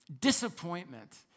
disappointment